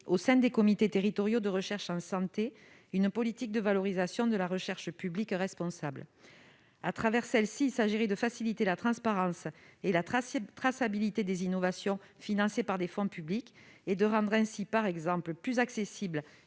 au sein des comités territoriaux de recherche en santé, une politique de valorisation de la recherche publique responsable. À travers celle-ci, il s'agirait de faciliter la transparence et la traçabilité des innovations financées par des fonds publics et de rendre ainsi les médicaments, par exemple, plus accessibles